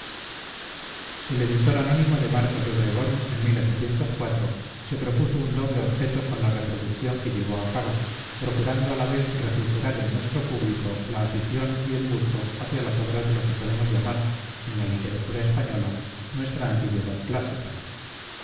el editor anónimo de marcos de obregón en se propuso un doble objeto con la reproducción que llevó a cabo procurando a la vez refrigerar en nuestro público la afición y el gusto hacia las obras de lo que podemos llamar en la literatura española nuestra antigüedad clásica